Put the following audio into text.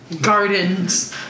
Gardens